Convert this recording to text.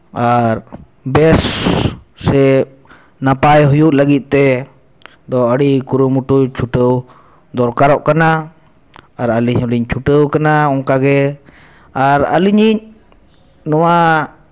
ᱟᱨ ᱵᱮᱥ ᱥᱮ ᱱᱟᱯᱟᱭ ᱦᱩᱭᱩᱜ ᱞᱟᱹᱜᱤᱫ ᱛᱮᱫᱚ ᱟᱹᱰᱤ ᱠᱩᱨᱩᱢᱩᱴᱩ ᱪᱷᱩᱴᱟᱹᱣ ᱫᱚᱨᱠᱟᱨᱚᱜ ᱠᱟᱱᱟ ᱟᱨ ᱟᱹᱞᱤᱧ ᱦᱚᱸᱞᱤᱧ ᱪᱷᱩᱴᱟᱹᱣ ᱟᱠᱟᱱᱟ ᱚᱱᱠᱟᱜᱮ ᱟᱨ ᱟᱹᱞᱤᱧᱤᱡ ᱱᱚᱣᱟ